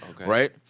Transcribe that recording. right